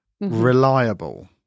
Reliable